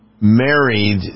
married